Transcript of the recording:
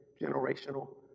generational